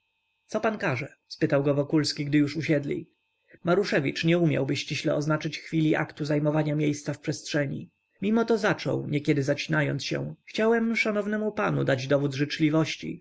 co pan każe spytał go wokulski gdy już usiedli maruszewicz nie umiałby ściśle oznaczyć chwili aktu zajmowania miejsca w przestrzeni mimo to zaczął niekiedy zacinając się chciałem szanownemu panu dać dowód życzliwości